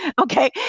Okay